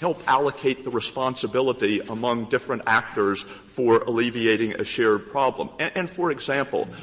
help allocate the responsibility among different actors for alleviating a shared problem. and, for example,